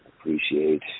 appreciate